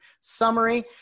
summary